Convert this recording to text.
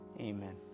Amen